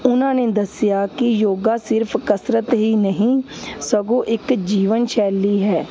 ਉਹਨਾਂ ਨੇ ਦੱਸਿਆ ਕਿ ਯੋਗਾ ਸਿਰਫ਼ ਕਸਰਤ ਹੀ ਨਹੀਂ ਸਗੋਂ ਇੱਕ ਜੀਵਨ ਸ਼ੈਲੀ ਹੈ